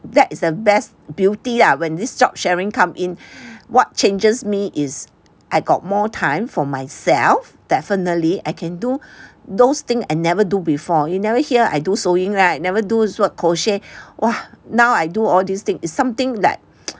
that is the best beauty lah when this job sharing come in what changes me is I got more time for myself definitely I can do those thing I never do before you never hear I do sewing right I never do what crochet !wah! now I do all this thing is something that